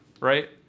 Right